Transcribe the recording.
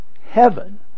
heaven